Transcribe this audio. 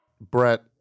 Brett